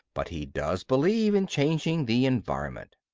but he does believe in changing the environment.